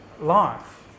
life